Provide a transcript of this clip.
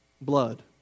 blood